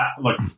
Look